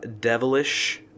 devilish